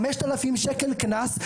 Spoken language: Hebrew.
חמשת אלפים שקל קנס.